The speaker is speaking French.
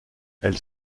elle